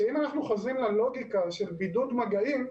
שאם אנחנו חוזרים ללוגיקה של בידוד מגעים,